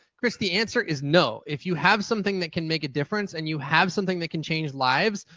chris, the answer is no. if you have something that can make a difference, and you have something that can change lives,